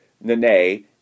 Nene